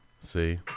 See